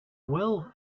well